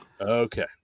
Okay